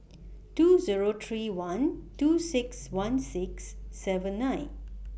two Zero three one two six one six seven nine